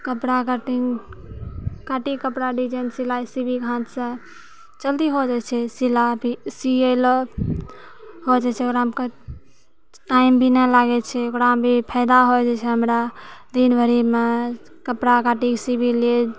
कपड़ा कटिङ्ग काटिके कपड़ा डिजाइन सिलिके हाथसँ जल्दी हो जाइ छै सिलै सियेले हो जाइ छै ओकरा मे टाइम भी नहि लागै छै ओकरामे भी फायदा हो जाइ छै हमरा दिन भरिमे कपड़ा काटिके सीबी लियै